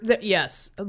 yes